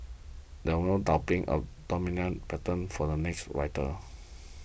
there was no doubting a dominant pattern for the next winter